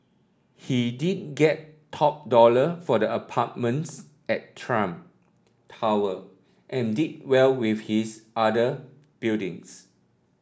he did get top dollar for the apartments at Trump Tower and did well with his other buildings